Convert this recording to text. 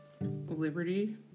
Liberty